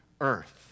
earth